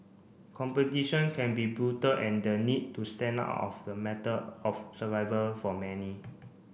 competition can be brutal and the need to stand out of the matter of survival for many